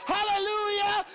Hallelujah